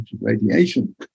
radiation